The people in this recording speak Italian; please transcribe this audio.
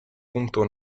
punto